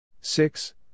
Six